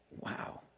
wow